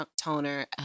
toner